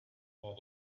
that